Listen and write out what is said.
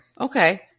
Okay